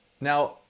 Now